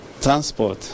transport